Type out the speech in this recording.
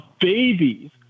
babies